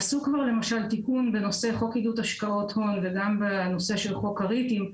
עשו כבר תיקון בנושא של חוק עידוד השקעות הון וגם בנושא חוק הריטים,